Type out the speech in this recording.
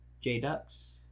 J-ducks